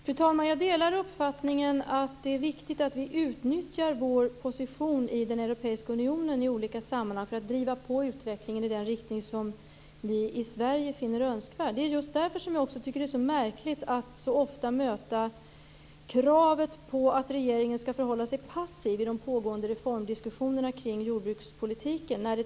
Fru talman! Jag delar uppfattningen att det är viktigt att vi utnyttjar vår position i den europeiska unionen i olika sammanhang för att driva på utvecklingen i den riktning som vi i Sverige finner önskvärd. Det är just därför som jag tycker att det är så märkligt att så ofta möta kravet på att regeringen skall förhålla sig passiv i de pågående reformdiskussionerna kring jordbrukspolitiken.